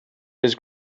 his